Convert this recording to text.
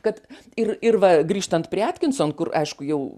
kad ir ir va grįžtant prie atkinson kur aišku jau